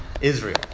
Israel